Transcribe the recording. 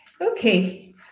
Okay